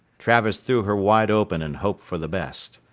travis threw her wide open and hoped for the best.